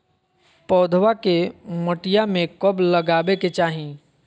पौधवा के मटिया में कब लगाबे के चाही?